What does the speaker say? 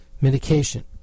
medication